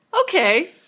Okay